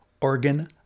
organ